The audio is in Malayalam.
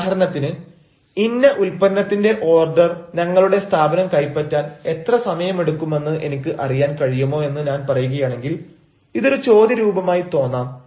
ഉദാഹരണത്തിന് ഇന്ന ഉൽപ്പന്നത്തിന്റെ ഓർഡർ ഞങ്ങളുടെ സ്ഥാപനം കൈപ്പറ്റാൻ എത്ര സമയമെടുക്കുമെന്ന് എനിക്ക് അറിയാൻ കഴിയുമോ എന്ന് ഞാൻ പറയുകയാണെങ്കിൽ ഇതൊരു ചോദ്യ രൂപമായി തോന്നാം